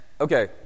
okay